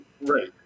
Right